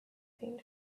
seemed